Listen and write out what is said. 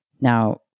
Now